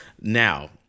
Now